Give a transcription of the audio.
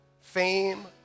fame